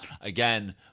again